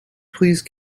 please